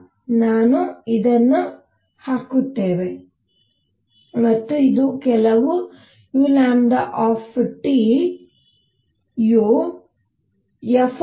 ಆದ್ದರಿಂದ ನಾವು ಇದನ್ನು ಹಾಕುತ್ತೇವೆ ಮತ್ತು ಇದು ಕೆಲವು u fT5